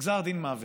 גזר דין מוות.